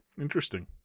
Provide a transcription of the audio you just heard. interesting